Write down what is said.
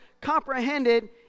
comprehended